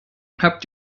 habt